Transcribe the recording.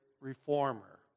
reformer